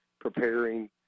preparing